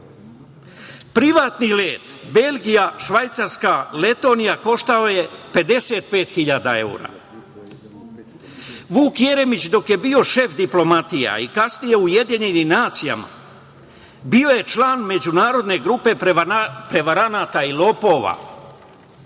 Privatni let Belgija-Švajcarska-Letonija koštao je 55.000 evra. Vuk Jeremić dok je bio šef diplomatije i kasnije UN bio je član međunarodne grupe prevaranata i